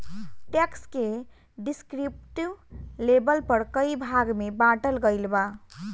tax के descriptive label पर कई भाग में बॉटल गईल बा